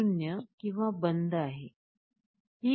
0 किंवा बंद आहे